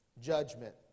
judgment